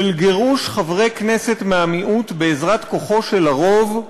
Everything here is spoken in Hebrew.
של גירוש חברי כנסת מהמיעוט בעזרת כוחו של הרוב,